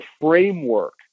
framework